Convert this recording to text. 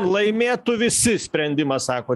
laimėtų visi sprendimą sakot